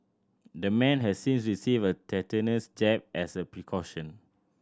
the man has since received a tetanus jab as a precaution